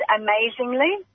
amazingly